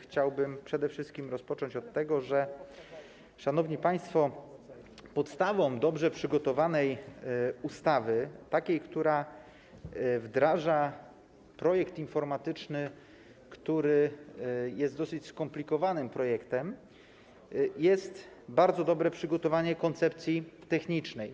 chciałbym przede wszystkim rozpocząć od tego, że szanowni państwo, podstawą dobrze przygotowanej ustawy, takiej, która wdraża projekt informatyczny, który jest dosyć skomplikowany, jest bardzo dobre przygotowanie koncepcji technicznej.